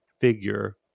figure